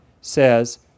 says